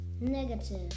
Negative